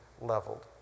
leveled